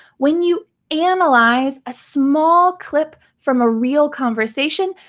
when you analyze a small clip from a real conversation,